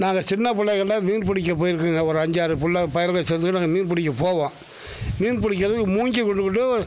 நாங்கள் சின்ன பிள்ளைகள்ல மீன் பிடிக்க போயிருக்கிறோம் ஒரு அஞ்சாறு புள்ளை பயலுங்க சேர்ந்து நாங்கள் மீன் பிடிக்க போவோம் மீன் பிடிக்கிறது